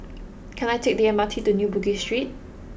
can I take the M R T to New Bugis Street